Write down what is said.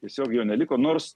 tiesiog jo neliko nors